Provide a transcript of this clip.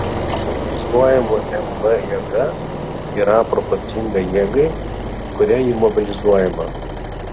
mobilizuojamų mv jėga yra proporcinga jėgai kuria ji mobilizuojama